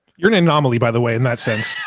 you're an anomaly by the way, in that sense,